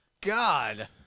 God